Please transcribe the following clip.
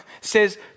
says